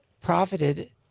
profited